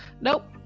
Nope